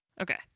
Okay